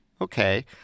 Okay